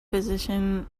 position